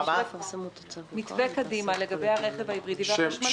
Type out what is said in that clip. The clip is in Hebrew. עשינו מתווה קדימה לגבי הרכב ההיברידי והחשמלי.